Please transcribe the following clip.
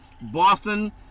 Boston